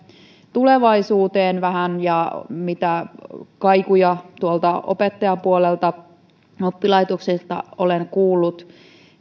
tulevaisuuteen ja sitä mitä kaikuja tuolta opettajapuolelta oppilaitoksista olen kuullut